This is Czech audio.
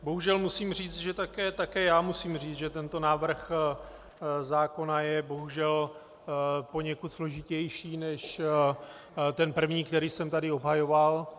Bohužel musím říci, že také já musím říct, že tento návrh zákona je bohužel poněkud složitější než ten první, který jsem tady obhajoval.